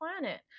planet